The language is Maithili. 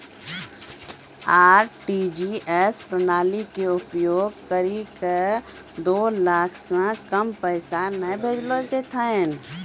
आर.टी.जी.एस प्रणाली के उपयोग करि के दो लाख से कम पैसा नहि भेजलो जेथौन